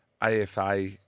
AFA